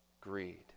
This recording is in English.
greed